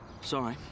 Sorry